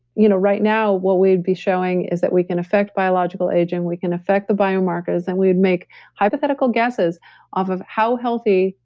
you know right now, what we'd be showing is that we can affect biological aging, we can affect the biomarkers and we would make hypothetical guesses off of how healthy,